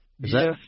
Yes